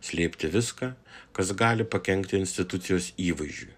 slėpti viską kas gali pakenkti institucijos įvaizdžiui